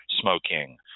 smoking